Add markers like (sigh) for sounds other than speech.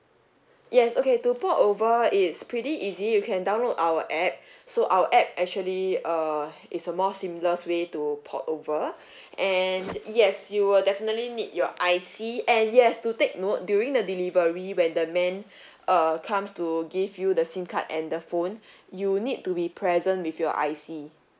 yes okay to port over it's pretty easy you can download our app so our app actually err it's a more seamless way to port over (breath) and yes you will definitely need your I_C and yes to take note during the delivery when the man (breath) uh comes to give you the SIM card and the phone (breath) you need to be present with your I_C